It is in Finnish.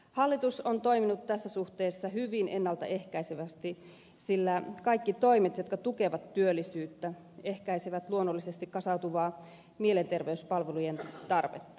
hallitus on toiminut tässä suhteessa hyvin ennalta ehkäisevästi sillä kaikki toimet jotka tukevat työllisyyttä ehkäisevät luonnollisesti kasautuvaa mielenterveyspalvelujen tarvetta